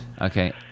Okay